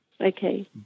Okay